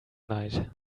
night